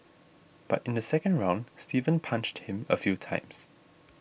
but in the second round Steven punched him a few times